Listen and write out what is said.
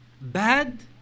bad